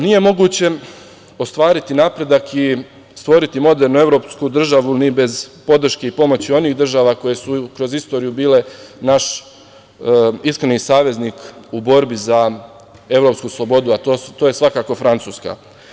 Nije moguće ostvariti napredak i stvoriti modernu evropsku državu ni bez podrške i pomoći onih država koje su kroz istoriju bile naš iskreni saveznik u borbi za evropsku slobodu, a to je svakako Francuska.